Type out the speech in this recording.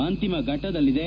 ಅಂತಿಮ ಫಟ್ವದಲ್ಲಿದೆ